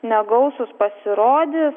negausūs pasirodys